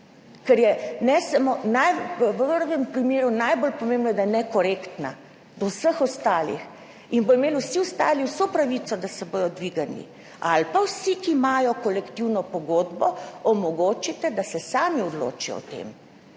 ker je, kar je najbolj pomembno, nekorektna do vseh ostalih in bodo imeli vsi ostali vso pravico, da se bodo dvignili. Ali pa vsem, ki imajo kolektivno pogodbo, omogočite, da se sami odločijo o tem,